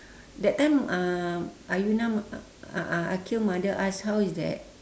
that time um ayuna uh uh aqil mother ask how is that